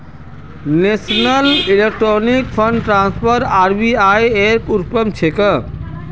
national electronic fund transfer RBI ऐर उपक्रम छेक